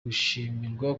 gushimirwa